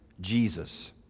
Jesus